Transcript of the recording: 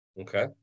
Okay